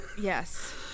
Yes